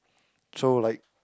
so like